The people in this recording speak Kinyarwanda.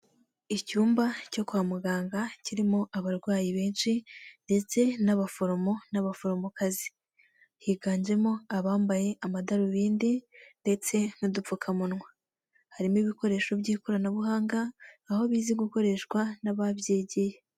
Icyumba cyo kwa muganga kirimo abarwayi benshi ndetse n'abaforomo n'abaforomokazi, higanjemo abambaye amadarubindi ndetse n'udupfukamunwa, harimo ibikoresho by'ikoranabuhanga aho bizi gukoreshwa n'ababyigiye.